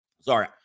sorry